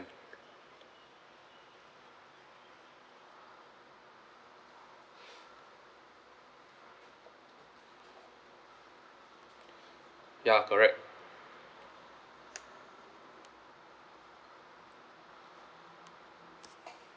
ya correct